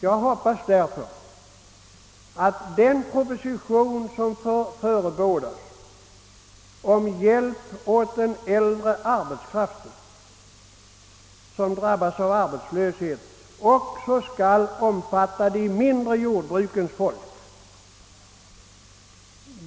Jag hoppas därför att den proposition rörande hjälp åt äldre arbetskraft som drabbas av arbetslöshet, vilken förebådas, också skall omfatta de mindre jordbrukens folk.